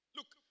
Look